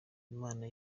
imana